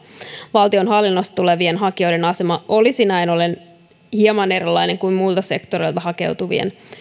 valtionhallinnosta tulevien hakijoiden asema olisi näin ollen hieman erilainen kuin muilta sektoreilta hakeutuvien